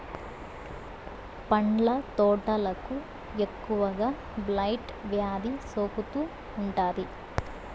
పండ్ల తోటలకు ఎక్కువగా బ్లైట్ వ్యాధి సోకుతూ ఉంటాది